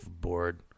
board